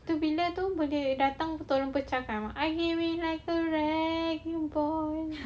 tu bila tu boleh datang pecahkan